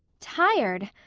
tired!